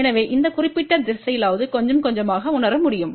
எனவே இந்த குறிப்பிட்ட திசையிலாவது கொஞ்சம் கொஞ்சமாக உணர முடியும்